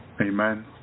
Amen